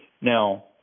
now